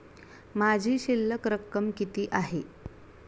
माझी शिल्लक रक्कम किती आहे?